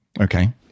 Okay